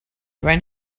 when